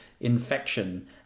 infection